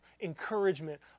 encouragement